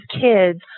kids